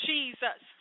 Jesus